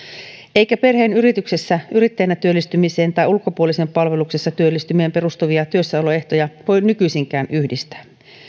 eikä perheen yrityksessä yrittäjänä työllistymiseen tai ulkopuolisen palveluksessa työllistymiseen perustuvia työssäoloehtoja voi nykyisinkään yhdistää